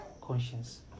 conscience